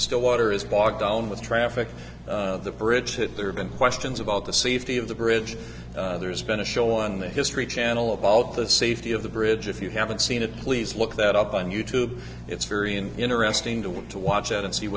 still water is bogged down with traffic of the bridge had there been questions about the safety of the bridge there's been a show on the history channel about the safety of the bridge if you haven't seen it please look that up on you tube it's very interesting to want to watch it and see